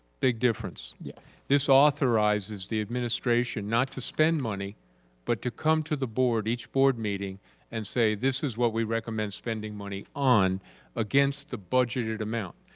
big difference. yes. this authorizes the administration not to spend money but to come to the board, each board meeting and say, this is what we recommend spending money on against the budgeted amount.